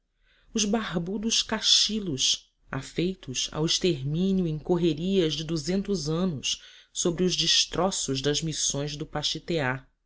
os barbudos cashillos afeitos ao extermínio em correrias de duzentos anos sobre os destroços das missões do pachitéa os